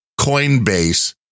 Coinbase